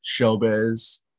showbiz